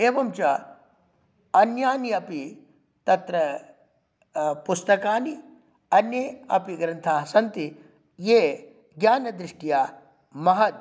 एवञ्च अन्यानि अपि तत्र पुस्तकानि अन्ये अपि ग्रन्थाः सन्ति ये ज्ञानदृष्ट्या महद्